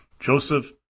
Joseph